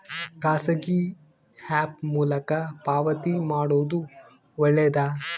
ಖಾಸಗಿ ಆ್ಯಪ್ ಮೂಲಕ ಪಾವತಿ ಮಾಡೋದು ಒಳ್ಳೆದಾ?